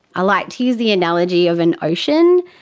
i like to use the analogy of an ocean.